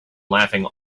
laughing